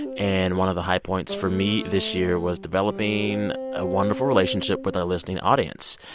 and one of the high points for me this year was developing a wonderful relationship with our listening audience,